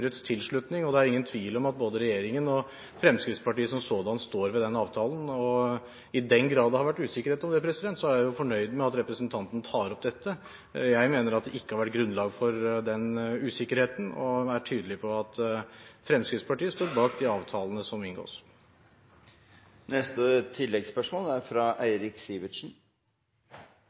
tilslutning. Det er ingen tvil om at både regjeringen og Fremskrittspartiet som sådan står ved den avtalen, og i den grad det har vært usikkerhet om det, er jeg fornøyd med at representanten tar opp dette. Jeg mener at det ikke har vært grunnlag for den usikkerheten og vil være tydelig på at Fremskrittspartiet står bak de avtalene som inngås.